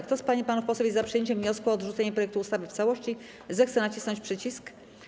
Kto z pań i panów posłów jest za przyjęciem wniosku o odrzucenie projektu ustawy w całości, zechce nacisnąć przycisk.